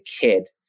kid